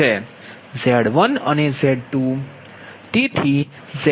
Z1 અનેZ2